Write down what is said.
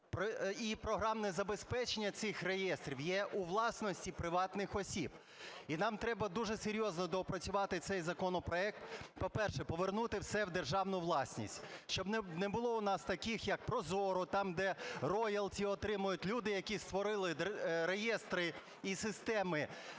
І програмне забезпечення цих реєстрів є у власності приватних осіб. І нам треба дуже серйозно доопрацювати цей законопроект. По-перше, повернути все в державну власність, щоб не було у нас таких, як ProZorro, там, де роялті отримують люди, які створили реєстри і системи